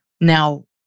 Now